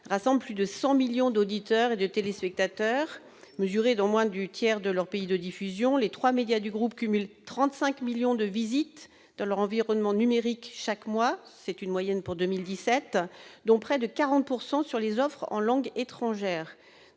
rassemblent plus de 100 millions d'auditeurs et de téléspectateurs mesurés dans moins du tiers de leur pays de diffusion. Les trois médias du groupe cumulent 35 millions de visites dans leur environnement numérique chaque mois- c'est une moyenne pour 2017 -, dont près de 40 % sur les offres en langue étrangère.